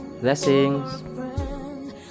Blessings